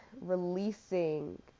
releasing